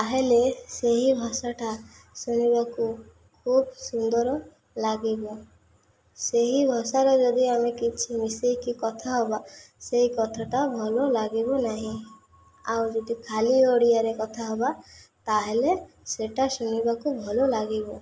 ତାହେଲେ ସେହି ଭାଷାଟା ଶୁଣିବାକୁ ଖୁବ ସୁନ୍ଦର ଲାଗିବ ସେହି ଭାଷାରେ ଯଦି ଆମେ କିଛି ମିଶେଇକି କଥା ହେବା ସେଇ କଥାଟା ଭଲ ଲାଗିବୁ ନାହିଁ ଆଉ ଯଦି ଖାଲି ଓଡ଼ିଆରେ କଥା ହେବା ତାହେଲେ ସେଇଟା ଶୁଣିବାକୁ ଭଲ ଲାଗିବ